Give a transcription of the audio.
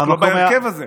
רק לא בהרכב הזה.